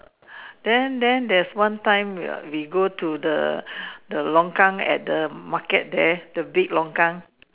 then then there is one time we we go to the the longkang at the market there the big longkang